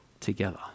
together